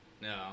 No